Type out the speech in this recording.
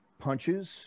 punches